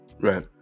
Right